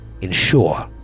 ensure